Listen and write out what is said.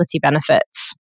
benefits